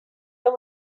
and